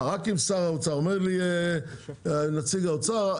אומר לי נציג האוצר,